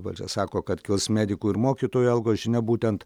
valdžia sako kad kils medikų ir mokytojų algos žinia būtent